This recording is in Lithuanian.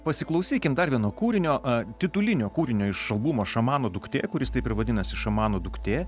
pasiklausykim dar vieno kūrinio titulinio kūrinio iš albumo šamano duktė kuris taip ir vadinasi šamano duktė